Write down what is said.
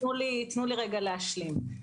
תנו לי רגע להשלים.